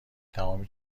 تمام